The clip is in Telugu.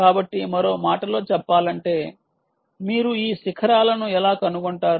కాబట్టి మరో మాటలో చెప్పాలంటే మీరు ఈ శిఖరాలను ఎలా కనుగొంటారు